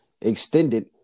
extended